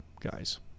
guys